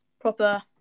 proper